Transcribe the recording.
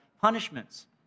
punishments